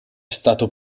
stato